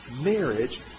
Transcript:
marriage